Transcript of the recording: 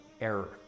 error